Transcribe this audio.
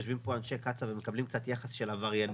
יושבים פה אנשי קצא"א ומקבלים קצת יחס של עבריינים,